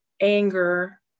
anger